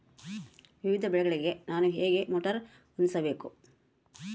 ವಿವಿಧ ಬೆಳೆಗಳಿಗೆ ನಾನು ಹೇಗೆ ಮೋಟಾರ್ ಹೊಂದಿಸಬೇಕು?